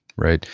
right?